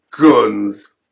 guns